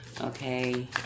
Okay